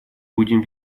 будем